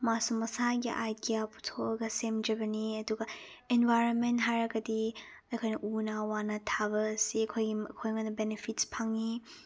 ꯃꯥꯁꯨ ꯃꯁꯥꯒꯤ ꯑꯥꯏꯗꯤꯌꯥ ꯄꯨꯊꯣꯛꯑꯒ ꯁꯦꯝꯖꯕꯅꯤ ꯑꯗꯨꯒ ꯏꯟꯚꯥꯏꯔꯣꯟꯃꯦꯟ ꯍꯥꯏꯔꯒꯗꯤ ꯑꯩꯈꯣꯏꯅ ꯎꯅꯥ ꯋꯥꯅꯥ ꯊꯥꯕ ꯑꯁꯤ ꯑꯩꯈꯣꯏꯒꯤ ꯑꯩꯈꯣꯏꯉꯣꯟꯗ ꯕꯦꯅꯤꯐꯤꯠꯁ ꯐꯪꯉꯤ